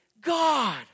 God